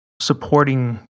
supporting